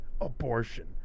abortion